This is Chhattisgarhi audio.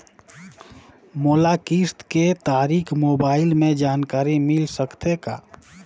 मोला किस्त के तारिक मोबाइल मे जानकारी मिल सकथे का?